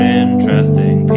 interesting